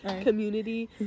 community